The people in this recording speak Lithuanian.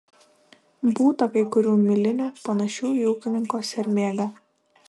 būta kai kurių milinių panašių į ūkininko sermėgą